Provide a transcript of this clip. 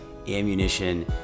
ammunition